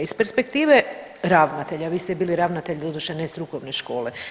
Iz perspektive ravnatelja vi ste bili ravnatelj, doduše ne strukovne škole.